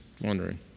wondering